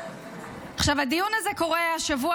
הדיון הזה קורה השבוע,